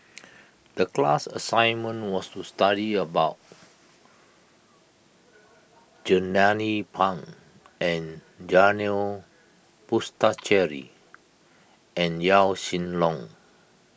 the class assignment was to study about Jernnine Pang and Janil Puthucheary and Yaw Shin Leong